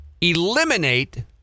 eliminate